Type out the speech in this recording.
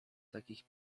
takich